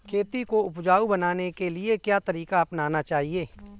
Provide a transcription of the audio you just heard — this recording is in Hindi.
खेती को उपजाऊ बनाने के लिए क्या तरीका अपनाना चाहिए?